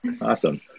awesome